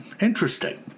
Interesting